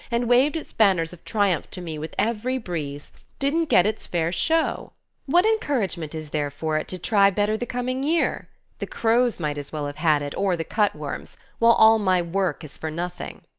and waved its banners of triumph to me with every breeze, didn't get its fair show. what encouragement is there for it to try better the coming year? the crows might as well have had it, or the cutworms while all my work is for nothing.